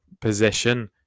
position